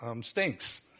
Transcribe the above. stinks